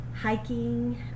hiking